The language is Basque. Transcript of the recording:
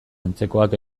antzekoak